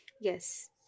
Yes